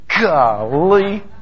Golly